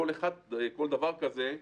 כל דבר כזה,